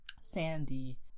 sandy